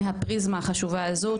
מהפריזמה החשובה הזו.